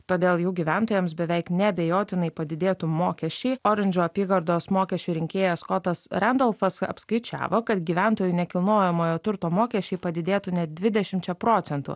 todėl jų gyventojams beveik neabejotinai padidėtų mokesčiai orindžo apygardos mokesčių rinkėjas skotas rendolfas apskaičiavo kad gyventojų nekilnojamojo turto mokesčiai padidėtų net dvidešimčia procentų